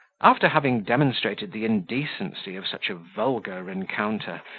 after having demonstrated the indecency of such a vulgar rencontre,